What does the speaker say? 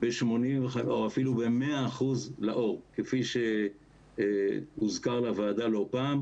אפילו ב-100% לאור כפי שהוזכר לוועדה לא פעם.